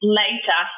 later